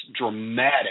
dramatic